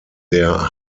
der